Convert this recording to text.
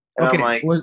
Okay